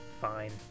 Fine